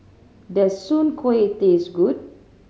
does soon kway taste good